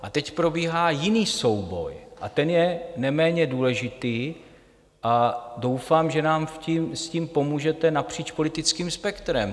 A teď probíhá jiný souboj, a ten je neméně důležitý, a doufám, že nám s tím pomůžete napříč politickým spektrem.